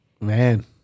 Man